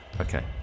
Okay